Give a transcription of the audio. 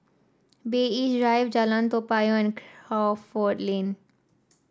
Bay East Drive Jalan Toa Payoh and Crawford Lane